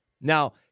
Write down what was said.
Now